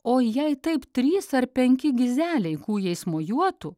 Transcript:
o jei taip trys ar penki gizeliai kūjais mojuotų